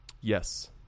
yes